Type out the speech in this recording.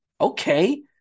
Okay